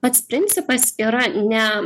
pats principas yra ne